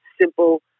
simple